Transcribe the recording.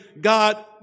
God